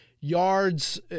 yards